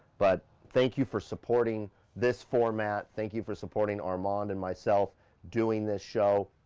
but thank you for supporting this format. thank you for supporting armand and myself doing this show,